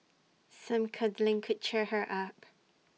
some cuddling could cheer her up